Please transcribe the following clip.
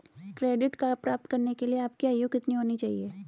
Credit card प्राप्त करने के लिए आपकी आयु कितनी होनी चाहिए?